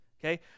okay